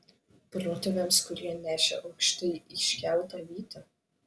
protėviams kurie nešė aukštai iškeltą vytį